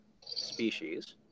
species